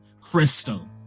crystal